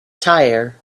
tire